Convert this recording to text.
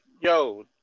yo